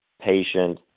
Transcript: patient